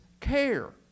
care